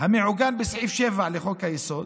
המעוגן בסעיף 7 לחוק-היסוד